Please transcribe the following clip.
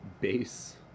base